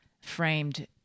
framed